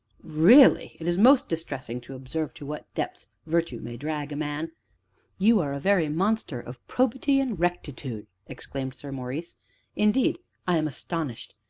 really it is most distressing to observe to what depths virtue may drag a man you are a very monster of probity and rectitude! exclaimed sir maurice indeed i am astonished!